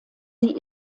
sie